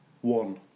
one